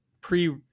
pre